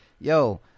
yo